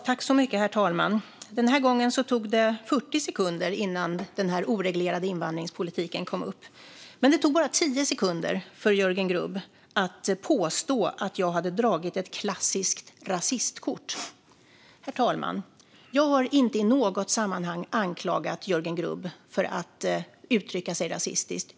Herr talman! Den här gången tog det 40 sekunder innan frågan om den oreglerade invandringen kom upp, men det tog bara tio sekunder för Jörgen Grubb att påstå att jag hade dragit ett klassiskt rasistkort. Herr talman! Jag har inte i något sammanhang anklagat Jörgen Grubb för att uttrycka sig rasistiskt.